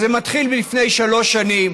זה מתחיל לפני שלוש שנים,